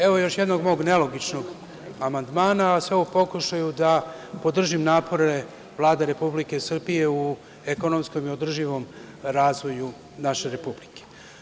Evo još jednog mog nelogičnog amandmana, sve u pokušaju da podržim napore Vlade Republike Srbije u ekonomskom i održivom razvoju naše Republike.